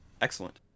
Excellent